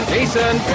Jason